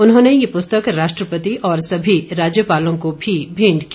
उन्होंने ये पुस्तक राष्ट्रपति और सभी राज्यपालों को भी भेंट की